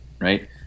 right